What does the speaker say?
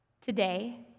Today